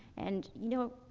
and, you know,